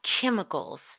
chemicals